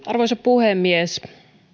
arvoisa puhemies